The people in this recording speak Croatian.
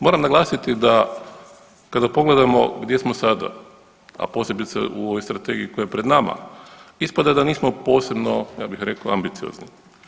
Moram naglasiti da kada pogledamo gdje smo sada, a posebice u ovoj strategiji koja je pred nama, ispada da nismo posebno ja bih rekao ambiciozni.